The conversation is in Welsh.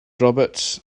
roberts